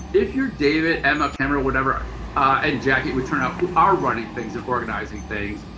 if you're david, emma, cameron, whatever and jackie, it would turn out, who are running things and organizing things,